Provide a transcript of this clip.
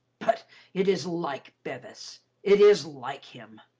but it is like bevis, it is like him!